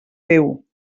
déu